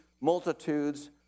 multitudes